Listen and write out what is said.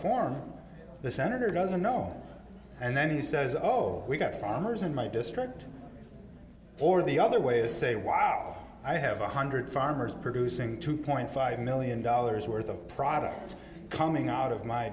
form the senator doesn't know and then he says all we've got farmers in my district or the other way is say wow i have one hundred farmers producing two point five million dollars worth of product coming out of my